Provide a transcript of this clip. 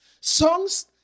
Songs